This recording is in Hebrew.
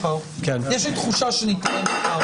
הישיבה ננעלה בשעה